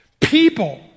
People